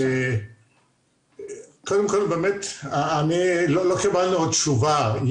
קודם כל, לא קיבלנו עוד תשובה.